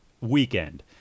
weekend